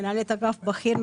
מנהלת אגף בכיר,